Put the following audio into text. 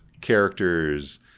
characters